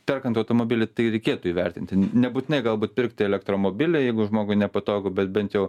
perkant automobilį tai reikėtų įvertinti nebūtinai galbūt pirkti elektromobilį jeigu žmogui nepatogu bet bent jau